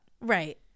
Right